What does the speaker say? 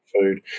food